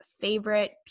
favorite